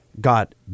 got